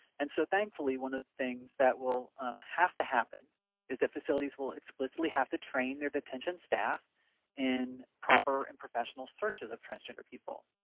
and so, thankfully, one of the things that will have to happen is that facilities will explicitly have to train their detention staff in proper and professional searches of transgender people.